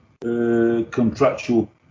contractual